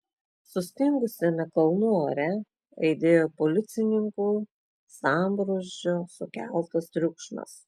sustingusiame kalnų ore aidėjo policininkų sambrūzdžio sukeltas triukšmas